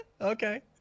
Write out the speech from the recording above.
Okay